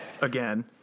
Again